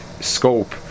scope